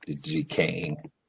decaying